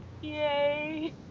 Yay